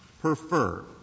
prefer